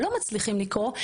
או לא מצליחים לקרוא,